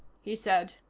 he said.